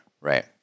Right